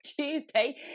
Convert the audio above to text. Tuesday